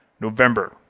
November